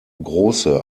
grosse